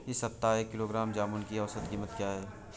इस सप्ताह एक किलोग्राम जामुन की औसत कीमत क्या है?